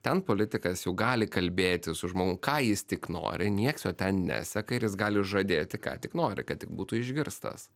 ten politikas jau gali kalbėti su žmogum ką jis tik nori nieks jo ten neseka ir jis gali žadėti ką tik nori kad tik būtų išgirstas